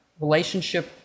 relationship